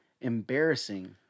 Embarrassing